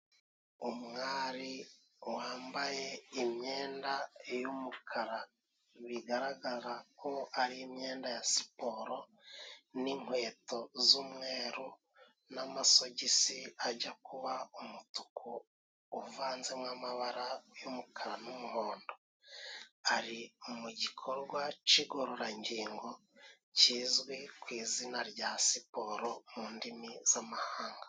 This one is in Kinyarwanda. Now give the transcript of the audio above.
Umwari wambaye imyenda y'umukara, bigaragara ko ari imyenda ya siporo, n'inkweto z'umweru n'amasogisi ajya kuba umutuku, uvanze mo amabara y'umukara n'umuhondo, ari mu gikorwa c'igororangingo, kizwi ku izina rya siporo mu ndimi z'amahanga.